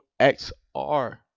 XR